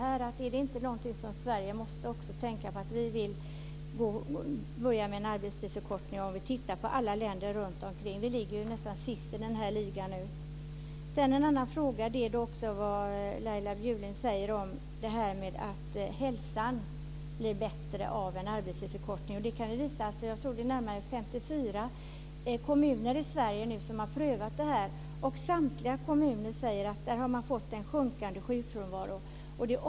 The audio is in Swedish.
Är inte detta något som också Sverige måste tänka på, dvs. att vi också ska börja med arbetstidsförkortning? Sett till länderna runtomkring ligger vi nästan sist i ligan i det här avseendet. Sedan gäller det vad Laila Bjurling säger om att hälsan blir bättre av en arbetstidsförkortning. Det är väl närmare 54 kommuner i Sverige som har prövat detta, och i samtliga kommuner säger man att sjukfrånvaron har minskat.